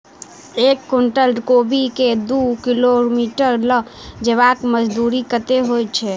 एक कुनटल कोबी केँ दु किलोमीटर लऽ जेबाक मजदूरी कत्ते होइ छै?